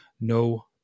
no